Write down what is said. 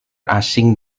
asing